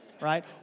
Right